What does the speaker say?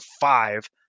five